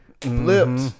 flipped